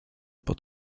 pod